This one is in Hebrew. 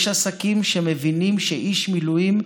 יש עסקים שמבינים שאיש המילואים,